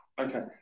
Okay